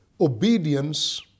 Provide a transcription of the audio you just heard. obedience